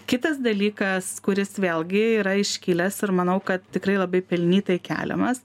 kitas dalykas kuris vėlgi yra iškilęs ir manau kad tikrai labai pelnytai keliamas